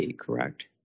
correct